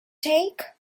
take